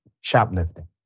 shoplifting